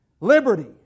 liberty